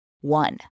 One